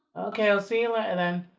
ok, i'll see you later then.